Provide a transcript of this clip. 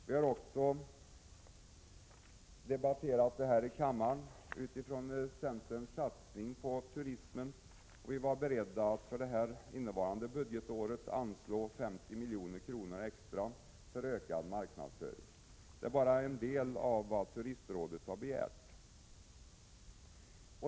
Vi har också här i riksdagen debatterat centerns förslag till satsningar på turismen. Vi var beredda att innevarande budgetår anslå 50 miljoner extra för ökad marknadsföring. Det är bara en liten del av vad turistrådet har begärt.